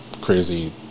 crazy